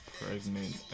pregnant